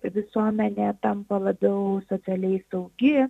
visuomenė tampa labiau socialiai saugi